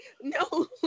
no